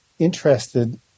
interested